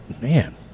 Man